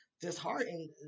disheartened